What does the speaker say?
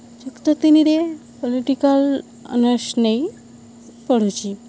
ଯୁକ୍ତ ତିନିରେ political honours ନେଇ ପଢ଼ୁଛି